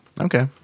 Okay